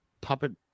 puppet